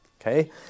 okay